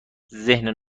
ذهن